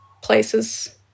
places